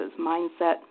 mindset